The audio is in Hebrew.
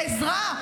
לעזרה,